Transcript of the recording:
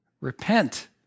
Repent